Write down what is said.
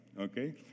okay